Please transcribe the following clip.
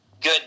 good